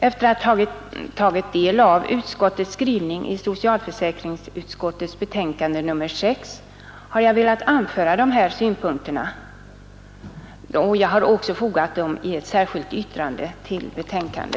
Efter att ha tagit del av utskottets skrivning i socialförsäkringsutskottets betänkande nr 6 har jag velat anföra de här synpunkterna, som jag också fogat till betänkandet genom ett särskilt yttrande.